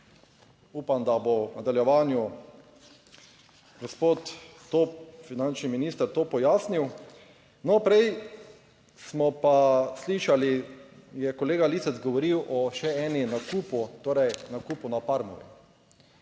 Upam, da bo v nadaljevanju gospod finančni minister to pojasnil. Prej smo pa slišali, je kolega Lisec govoril o še enem nakupu, torej nakupu na Parmovi.